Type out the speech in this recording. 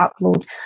upload